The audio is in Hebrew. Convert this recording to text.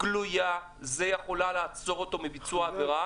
גלויה יכולה לעצור אותו מביצוע עבירה